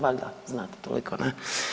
Valjda znate toliko ne.